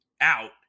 out